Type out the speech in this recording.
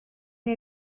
neu